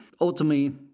ultimately